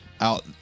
out